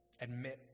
admit